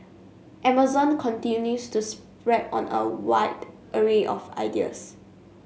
Amazon continues to spread on a wide array of ideas